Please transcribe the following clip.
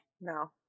No